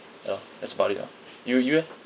ya lor that's about it lor you you leh